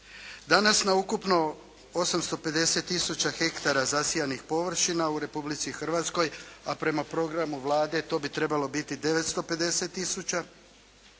Danas na ukupno 850 tisuća hektara zasijanih površina u Republici Hrvatskoj, a prema programu Vlade to bi trebalo biti 950